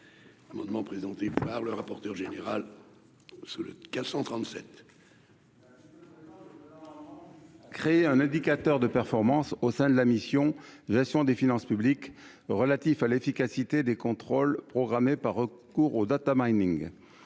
amendement présenté par le rapporteur général sur le 437. Créer un indicateur de performance au sein de la mission Gestion des finances publiques relatifs à l'efficacité des contrôles programmés par recours aux Data Mining,